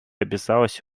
обязалась